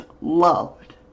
loved